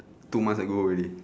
two months ago already